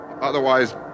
Otherwise